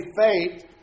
faith